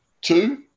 two